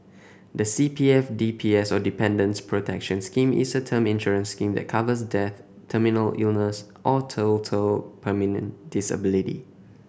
the C P F D P S or Dependants Protection Scheme is a term insurance scheme that covers death terminal illness or total permanent disability